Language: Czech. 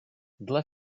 dle